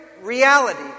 reality